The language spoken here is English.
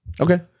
Okay